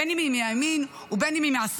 בין אם היא מהימין ובין אם היא מהשמאל,